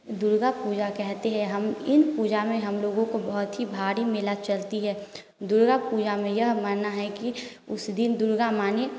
दुर्गा पूजा कहते हैं हम इन पूजा में हम लोगों को बहुत ही भारी मेला चलती है दुर्गा पूजा में यह मानना है कि उस दिन दुर्गा माँ ने